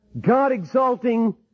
God-exalting